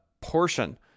portion